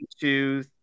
two